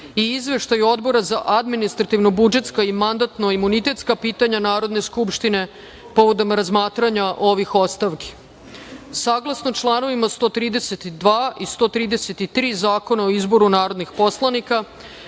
i Izveštaj Odbora za administrativno-budžetska i mandatno-imunitetska pitanja Narodne skupštine povodom razmatranja ovih ostavki. Saglasno članovima 132. i članu 133. Zakona o izboru narodnih poslanika,